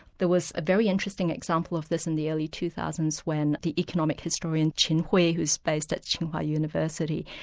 there was a very interesting example of this in the early two thousand s when the economic historian qin hui who's based at tsinghua ah university,